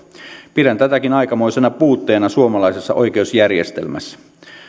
pidän tätäkin aikamoisena puutteena suomalaisessa oikeusjärjestelmässä